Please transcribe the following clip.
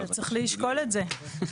אבל צריך לשקול את זה.